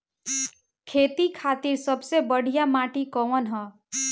खेती खातिर सबसे बढ़िया माटी कवन ह?